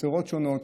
חצרות שונות